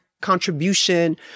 contribution